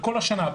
בכל השנה.